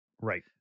Right